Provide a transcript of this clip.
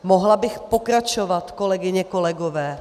Mohla bych pokračovat, kolegyně a kolegové.